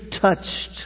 Touched